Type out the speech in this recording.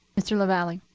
mr. lavalley.